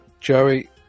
Joey